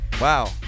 wow